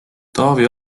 taavi